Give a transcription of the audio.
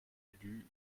élus